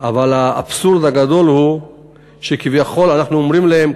אבל האבסורד הגדול הוא שכביכול אנחנו אומרים להם,